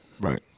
Right